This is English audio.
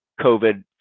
COVID